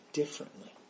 differently